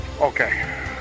Okay